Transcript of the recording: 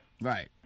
Right